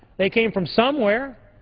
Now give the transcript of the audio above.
they came from somewhere.